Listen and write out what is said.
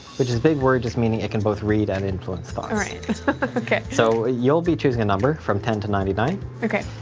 which is a big word just meaning it can both read and influence okay. so you'll be choosing a number from ten to ninety nine. okay.